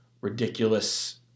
ridiculous